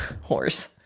horse